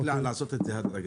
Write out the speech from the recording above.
אבל צריך לעשות את זה הדרגתי.